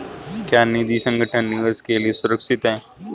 क्या निजी संगठन निवेश के लिए सुरक्षित हैं?